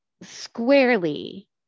squarely